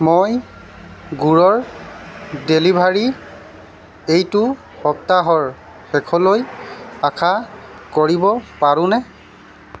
মই গুৰৰ ডেলিভাৰী এইটো সপ্তাহৰ শেষলৈ আশা কৰিব পাৰোঁনে